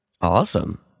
Awesome